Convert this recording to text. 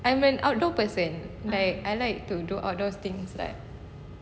I'm a outdoor person like I like to do outdoor things like